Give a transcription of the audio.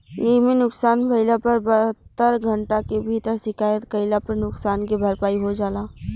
एइमे नुकसान भइला पर बहत्तर घंटा के भीतर शिकायत कईला पर नुकसान के भरपाई हो जाला